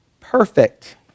perfect